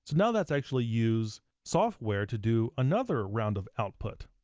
now that's actually use software to do another round of output,